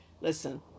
Listen